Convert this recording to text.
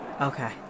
Okay